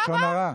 תודה רבה.